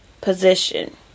position